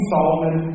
Solomon